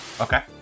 Okay